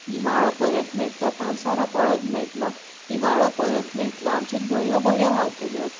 गिमाळो परत मेळटलो पावसाळो परत मेळटलो हिंवाळो परत मेळटलो आमची न्हंयो बऱ्यो व्हांवतल्यो